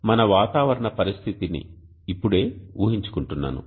నేను మన వాతావరణ పరిస్థితిని ఇప్పుడే ఊహించుకుంటున్నాను